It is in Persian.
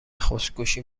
خودکشی